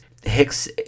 Hicks